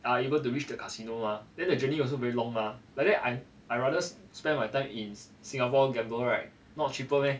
are able to reach the casino ah then the journey also very long mah like that I I rather spend my time in singapore gamble right not cheaper meh